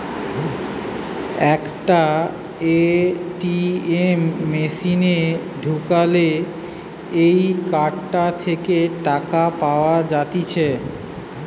একটা এ.টি.এম মেশিনে ঢুকালে এই কার্ডটা থেকে টাকা পাওয়া যাইতেছে